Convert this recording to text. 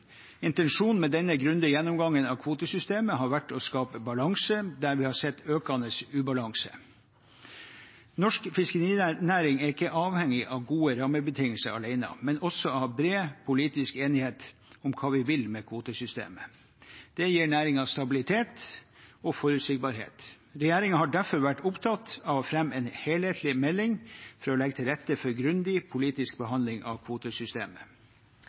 Intensjonen med denne grundige gjennomgangen av kvotesystemet har vært å skape balanse der vi har sett økende ubalanse. Norsk fiskerinæring er ikke avhengig av gode rammebetingelser alene, men også av bred politisk enighet om hva vi vil med kvotesystemet. Det gir næringen stabilitet og forutsigbarhet. Regjeringen har derfor vært opptatt av å fremme en helhetlig melding for å legge til rette for grundig politisk behandling av kvotesystemet.